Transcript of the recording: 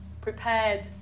prepared